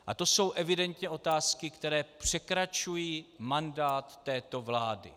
A to jsou evidentně otázky, které překračují mandát této vlády.